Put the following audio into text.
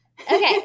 Okay